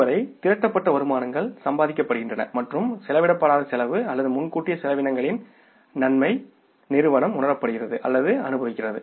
அதுவரை திரட்டப்பட்ட வருமானங்கள் சம்பாதிக்கப்படுகின்றன மற்றும் செலவிடப்படாத செலவு அல்லது முன்கூட்டியே செலவினங்களின் நன்மை நிறுவனம் உணரப்படுகிறது அல்லது அனுபவிக்கிறது